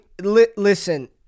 listen